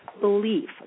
belief